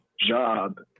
job